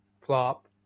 Flop